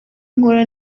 nkora